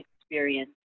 experience